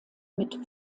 mit